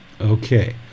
okay